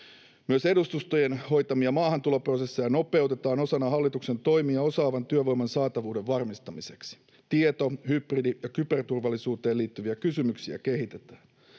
Myös edustustojen hoitamia maahantuloprosesseja nopeutetaan osana hallituksen toimia osaavan työvoiman saatavuuden varmistamiseksi. Tieto‑, hybridi- ja kyberturvallisuuteen liittyviä kysymyksiä kehitetään.